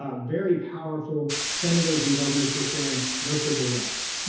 ah very powerful senators and governors were saying no civil rights.